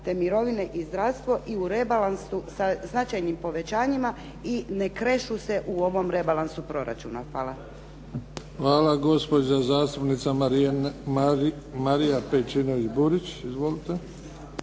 te mirovine i zdravstvo i u rebalansu sa značajnim povećanjima i ne krešu se u ovom rebalansu proračuna. Hvala. **Bebić, Luka (HDZ)** Hvala. Gospođa zastupnica Marija Pejčinović Burić. Izvolite.